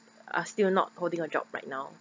are still not holding a job right now